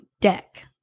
deck